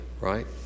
right